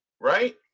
right